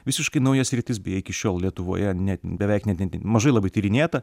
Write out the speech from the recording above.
visiškai nauja sritis beje iki šiol lietuvoje ne beveik ne net ne mažai labai tyrinėta